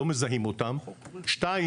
לא מזהים אותם ו-ב',